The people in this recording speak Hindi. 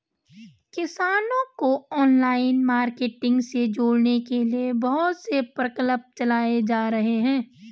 किसानों को ऑनलाइन मार्केटिंग से जोड़ने के लिए बहुत से प्रकल्प चलाए जा रहे हैं